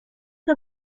che